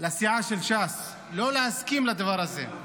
לסיעת ש"ס, לא להסכים לדבר הזה,